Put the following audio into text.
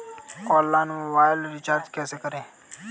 Online mobile recharge कैसे करें?